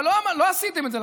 אבל לא עשיתם את זה.